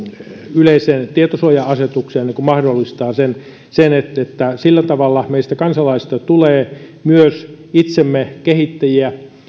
yleiseen tietosuoja asetukseen mahdollistaa sen että sillä tavalla meistä kansalaisista tulee myös itsemme kehittäjiä